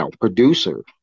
producer